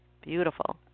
Beautiful